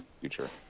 future